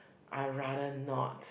I'll rather not